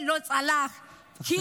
לסיים.